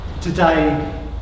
Today